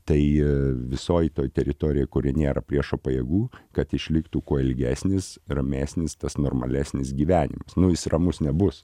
tai visoj toj teritorijoj kurioj nėra priešo pajėgų kad išliktų kuo ilgesnis ramesnis tas normalesnis gyvenimas nu jis ramus nebus